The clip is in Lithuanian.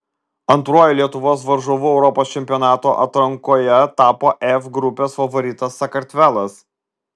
antruoju lietuvos varžovu europos čempionato atrankoje tapo f grupės favoritas sakartvelas